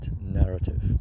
narrative